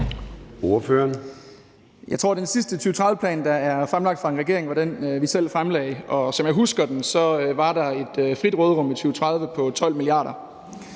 (S): Jeg tror, at den sidste 2030-plan, der er fremlagt af en regering, var den, som vi selv fremlagde, og som jeg husker den, var der et frit råderum i 2030 på 12 mia. kr.